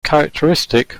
characteristic